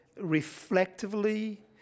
reflectively